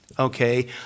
okay